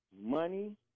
money